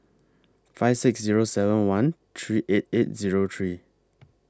five six Zero seven one three eight eight Zero three